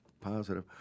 positive